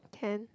can